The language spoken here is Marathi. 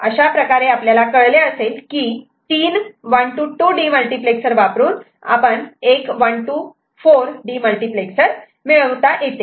अशाप्रकारे आपल्याला कळले असेल की तीन 1 to 2 डीमल्टिप्लेक्सर वापरून एक 1 to 4 डीमल्टिप्लेक्सर मिळविता येते